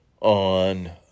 on